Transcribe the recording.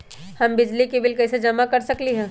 हम बिजली के बिल कईसे जमा कर सकली ह?